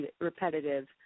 repetitive